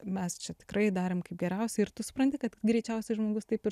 mes čia tikrai darėm kaip geriausia ir tu supranti kad greičiausiai žmogus taip ir